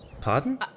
Pardon